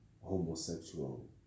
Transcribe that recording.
homosexual